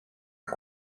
and